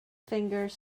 fingers